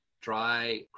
dry